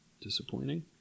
Disappointing